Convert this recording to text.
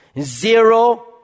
zero